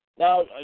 Now